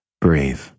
Breathe